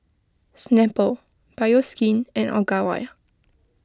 Snapple Bioskin and Ogawa